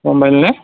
গম পালি নে